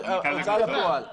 ההוצאה לפועל.